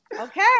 Okay